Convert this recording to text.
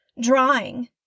drawing